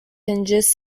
hinges